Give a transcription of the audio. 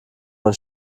man